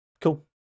Cool